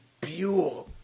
pure